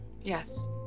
Yes